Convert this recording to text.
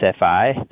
SFI